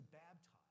baptize